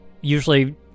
usually